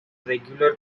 regular